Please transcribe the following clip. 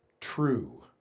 true